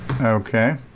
okay